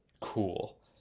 cool